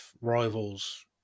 rivals